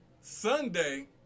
Sunday